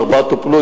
ארבעה טופלו,